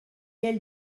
elle